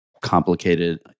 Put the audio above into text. complicated